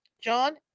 John